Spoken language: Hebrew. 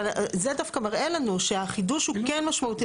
אבל זה דווקא מראה לנו שהחידוש הוא כן משמעותי.